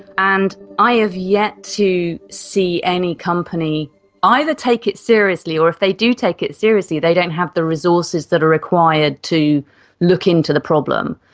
and i have yet to see any company either take it seriously, or if they do take it seriously they don't have the resources that are required to look into the problem.